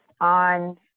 on